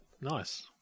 Nice